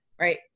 Right